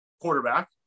quarterback